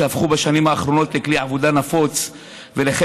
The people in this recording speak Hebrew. שהפכו בשנים האחרונות לכלי עבודה נפוץ ולחלק